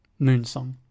Moonsong